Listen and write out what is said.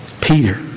Peter